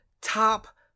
top